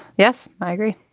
yes i agree.